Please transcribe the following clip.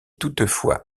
toutefois